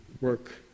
work